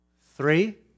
Three